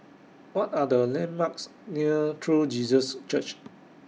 What Are The landmarks near True Jesus Church